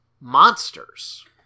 Monsters